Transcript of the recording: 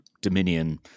Dominion